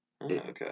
okay